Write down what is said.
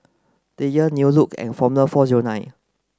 Dreyers New Look and Formula four zero nine